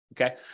Okay